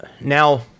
now